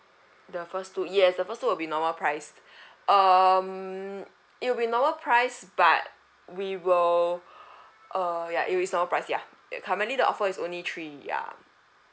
the first two yes the first two will be normal price um it will be normal price but we will uh ya it is normal price ya currently the offer is only three ya